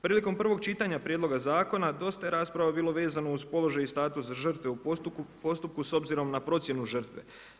Prilikom prvog čitanja prijedloga zakona dosta je rasprava bilo vezano uz položaj i status žrtve u postupku s obzirom na procjenu žrtve.